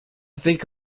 think